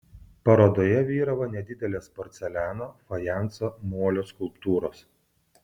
parodoje vyravo nedidelės porceliano fajanso molio skulptūros